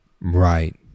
right